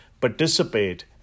participate